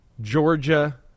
Georgia